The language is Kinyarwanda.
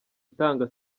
itanga